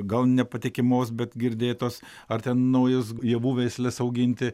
gal nepatikimos bet girdėtos ar ten naujas javų veisles auginti